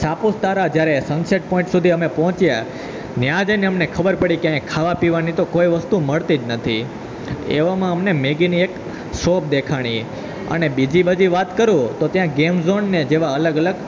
સાપુતારા જ્યારે sunset point સુધી અમે પહોંચ્યા ત્યાં જઈને અમને ખબર પડી કે અહીંયા ખાવા પીવાની તો કોઈ વસ્તુ મળતી જ નથી એવામાં અમને મેગીની એક શોપ દેખાઈ અને બીજી બધી વાત કરું તો ત્યાં ગેમ ઝોનને જેવા અલગ અલગ